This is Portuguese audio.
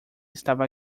estava